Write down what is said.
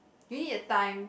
do you need a time